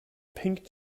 pink